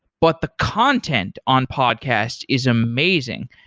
but the content on podcasts is amazing.